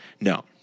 No